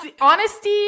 Honesty